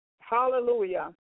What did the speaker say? Hallelujah